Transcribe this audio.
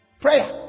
prayer